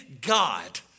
God